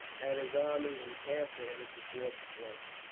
had his army encamped there to support the place.